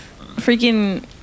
freaking